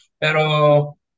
Pero